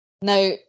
Now